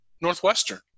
Northwestern